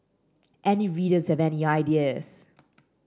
any readers have any ideas